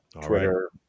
Twitter